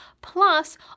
plus